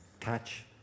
touch